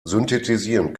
synthetisieren